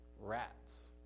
Rats